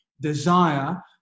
desire